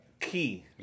Key